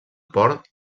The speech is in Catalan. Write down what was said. port